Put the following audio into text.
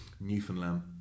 Newfoundland